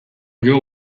girl